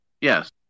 yes